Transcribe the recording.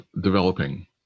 developing